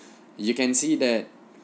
you can see that